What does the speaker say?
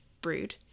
brood